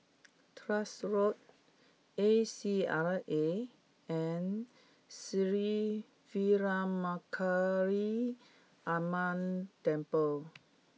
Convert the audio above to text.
Tuas Road A C R A and Sri Veeramakaliamman Temple